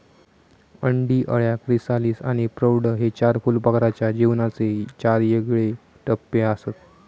अंडी, अळ्या, क्रिसालिस आणि प्रौढ हे चार फुलपाखराच्या जीवनाचे चार येगळे टप्पेआसत